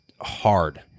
hard